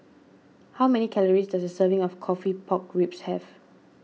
how many calories does a serving of Coffee Pork Ribs have